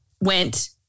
went